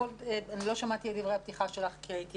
לא שמעתי את דברי הפתיחה שלך כי הייתי